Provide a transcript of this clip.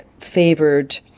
favored